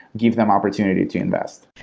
give them opportunity to invest.